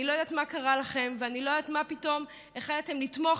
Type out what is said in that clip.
אני לא יודעת מה קרה לכם ואני לא יודעת מה פתאום החלטתם לתמוך